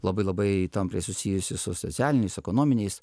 labai labai tampriai susijusi su socialiniais ekonominiais